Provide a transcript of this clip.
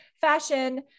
fashion